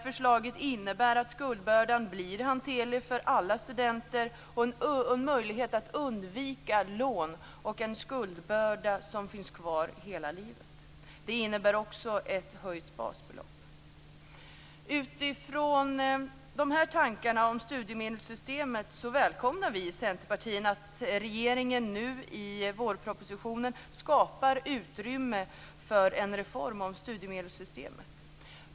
Förslaget innebär att skuldbördan blir hanterlig för alla studenter, en möjlighet att undvika lån och en skuldbörda som finns kvar hela livet. Det innebär också ett höjt basbelopp. Utifrån de här tankarna om studiemedelssystemet välkomnar vi i Centerpartiet att regeringen nu i vårpropositionen skapar utrymme för en reform av studiemedelssystemet.